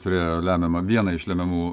turėjo lemiamą vieną iš lemiamų